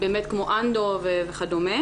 באמת כמו אנדו וכדומה.